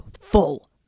full